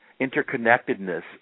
interconnectedness